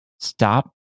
stop